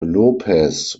lopez